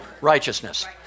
Righteousness